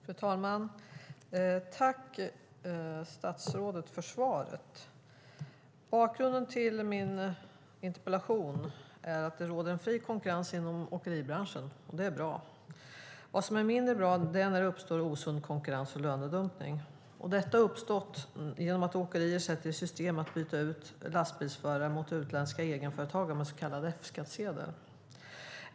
Fru talman! Jag tackar statsrådet för svaret. Bakgrunden till min interpellation är att det råder fri konkurrens inom åkeribranschen. Det är bra. Vad som är mindre bra är när det uppstår osund konkurrens och lönedumpning. Detta har uppstått genom att åkerier sätter i system att byta ut lastbilsförare mot utländska egenföretagare med så kallad F-skattsedel.